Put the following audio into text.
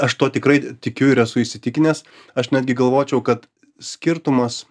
aš tuo tikrai tikiu ir esu įsitikinęs aš netgi galvočiau kad skirtumas